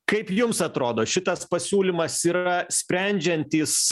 kaip jums atrodo šitas pasiūlymas yra sprendžiantys